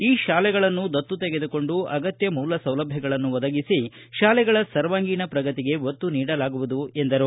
ಈ ಶಾಲೆಗಳನ್ನು ದತ್ತು ತೆಗೆದುಕೊಂಡು ಅಗತ್ಯ ಮೂಲ ಸೌಲಭ್ಯಗಳನ್ನು ಒದಗಿಸಿ ಶಾಲೆಗಳ ಸರ್ವಾಂಗೀಣ ಪ್ರಗತಿಗೆ ಒತ್ತು ನೀಡಲಾಗುವುದು ಎಂದರು